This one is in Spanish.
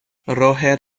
roger